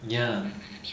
ya